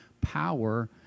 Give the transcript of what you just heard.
power